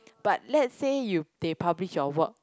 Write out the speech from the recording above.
but let's say you they publish your work